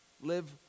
live